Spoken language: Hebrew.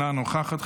אינה נוכחת,